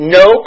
no